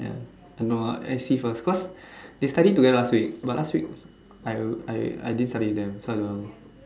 ya I know ah eh see first because they study together last week but last week I I didn't study with them so I don't know